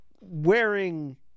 wearing